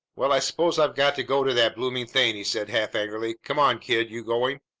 well, i s'pose i've got to go to that bloomin' thing, he said half angrily. come on, kid you going?